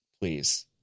Please